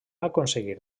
aconseguir